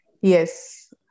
Yes